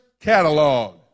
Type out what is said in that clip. catalog